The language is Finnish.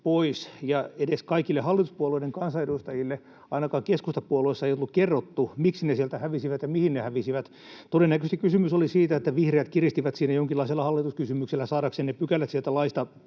ja edes kaikille hallituspuolueiden kansanedustajille, ainakaan keskustapuolueessa, ei ollut kerrottu, miksi ne sieltä hävisivät ja mihin ne hävisivät. Todennäköisesti kysymys oli siitä, että vihreät kiristivät siinä jonkinlaisella hallituskysymyksellä saadakseen ne pykälät sieltä laista